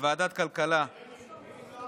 בוועדת כלכלה, לא שומעים.